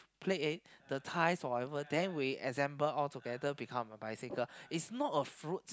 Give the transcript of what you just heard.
play it the tyres or whatever then we assemble all together become a bicycle it's not a fruit